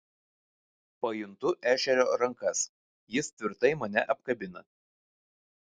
pajuntu ešerio rankas jis tvirtai mane apkabina